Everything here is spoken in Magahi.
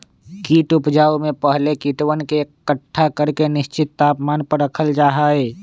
कीट उपजाऊ में पहले कीटवन के एकट्ठा करके निश्चित तापमान पर रखल जा हई